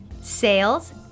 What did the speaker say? sales